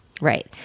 Right